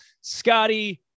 Scotty